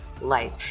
life